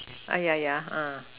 ya ya